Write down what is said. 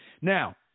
now